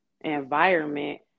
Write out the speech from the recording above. environment